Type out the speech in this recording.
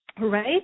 right